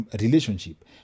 Relationship